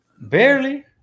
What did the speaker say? Barely